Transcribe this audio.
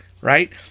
right